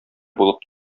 булып